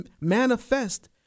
manifest